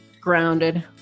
grounded